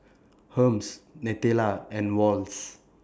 Hermes Nutella and Wall's